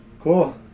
cool